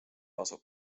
asub